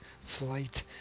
flight